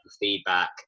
feedback